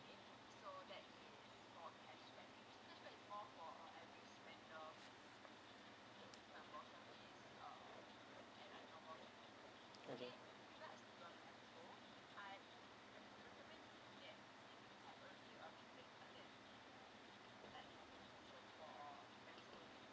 okay